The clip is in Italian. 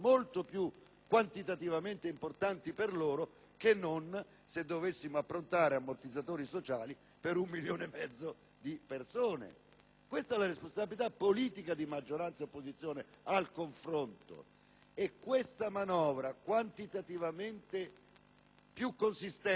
quantitativamente molto più importanti che non se dovessimo approntarne per un milione e mezzo di persone. Questa è la responsabilità politica di maggioranza e opposizione al confronto e questa manovra, quantitativamente più consistente,